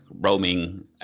roaming